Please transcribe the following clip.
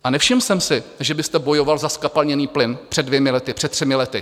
A nevšiml jsem si, že byste bojoval za zkapalněný plyn před dvěma lety, před třemi lety.